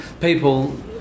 people